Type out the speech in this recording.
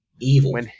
Evil